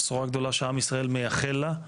בשורה גדולה שעם ישראל מייחל לה.